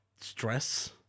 stress